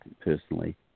personally